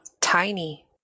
tiny